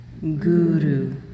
Guru